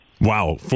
Wow